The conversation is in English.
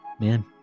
man